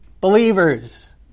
believers